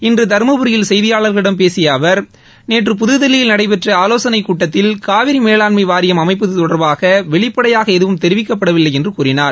இன்று தருமபுரியில் செய்தியாளர்களிடம் பேசிய அவர் நேற்று புதுதில்லியில் நடைபெற்ற ஆலோசனை கூட்டத்தில் காவிரி மேலாண்மை வாரியம் அமைப்பது தொடர்பாக வெளிப்படையாக எதுவும் தெரிவிக்கப்படவில்லை என்று கூறினார்